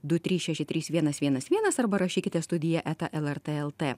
du trys šeši trys vienas vienas vienas arba rašykite studija eta lrt lt